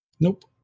Nope